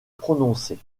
prononcées